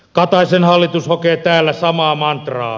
kataisen hallitus hokee täällä samaa mantraa